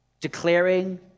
declaring